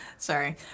Sorry